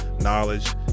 knowledge